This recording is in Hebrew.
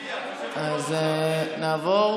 אז נעבור